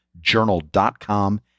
Journal.com